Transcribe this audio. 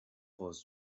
was